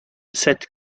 cette